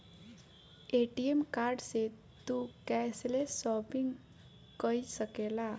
ATM card से तू cashless shopping कई सकेला